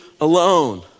alone